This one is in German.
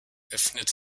öffnete